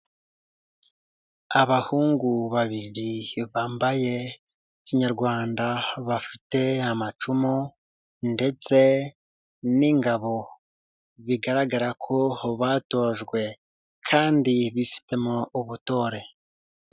Abahungu babiri bambaye kinyarwanda bafite amacumu ndetse n'ingabo, bigaragara ko batojwe kandi bifitemo ubutore.